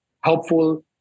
helpful